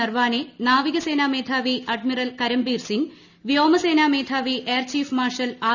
നർവാണെ നാവിക സേനാ മേധാവി അഡ്മിറൽ കരംബീർ സിങ് വ്യോമസേനാ മേധാവി എയർ ചീഫ് മിർഷൽ ആർ